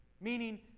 Meaning